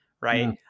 right